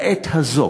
לעת הזאת